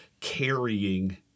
carrying